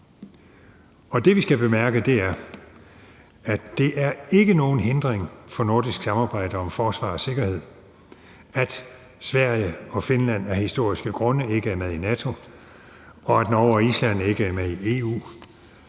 det, vi skal bemærke, er, at det ikke er nogen hindring for det nordiske samarbejde om forsvar og sikkerhed, at Sverige og Finland af historiske grunde ikke er med i NATO, og at Norge og Island ikke er med i EU,